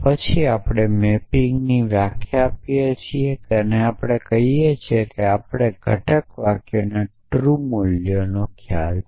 અને પછી આપણે મેપિંગની વ્યાખ્યા આપી છે જે આપણને કહે છે કે આપને ઘટક વાક્યોના ટ્રૂ મૂલ્યો ખ્યાલ છે